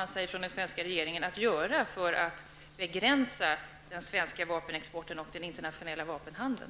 avser den svenska regeringen att göra för att begränsa den svenska vapenexporten och den internationella vapenhandeln?